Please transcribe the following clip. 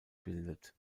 bildet